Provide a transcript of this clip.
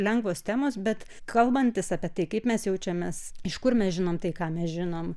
lengvos temos bet kalbantis apie tai kaip mes jaučiamės iš kur mes žinom tai ką mes žinom